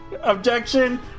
Objection